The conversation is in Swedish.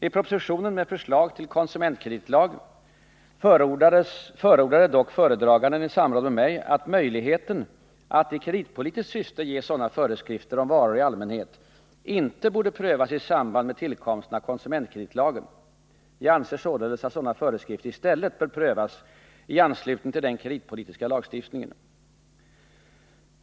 I propositionen med förslag till konsumentkreditlag förordade dock föredraganden i samråd med mig att möjligheten att i kreditpolitiskt syfte ge sådana föreskrifter om varor i allmänhet inte borde prövas i samband med tillkomsten av konsumentkreditlagen. Jag anser således att sådana föreskrifter i stället bör prövas i anslutning till den kreditpolitiska lagstiftningen.